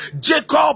Jacob